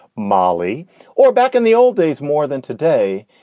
molly or back in the old days more than today.